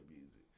music